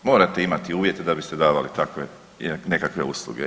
Morate imati uvjete da biste davali takve nekakve usluge.